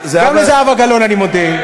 גם לזהבה גלאון אני מודה.